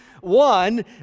One